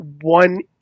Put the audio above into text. one